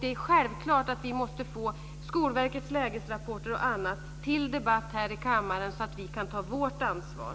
Det är självklart att vi måste få upp Skolverkets lägesrapport och annat till debatt här i kammaren, så att vi kan ta vårt ansvar.